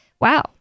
wow